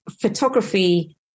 photography